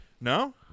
No